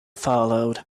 followed